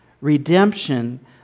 Redemption